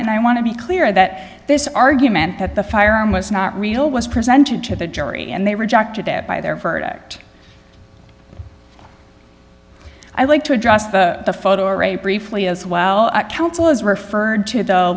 and i want to be clear that this argument that the firearm was not real was presented to the jury and they rejected it by their verdict i like to address the photo array briefly as well counsel is referred to the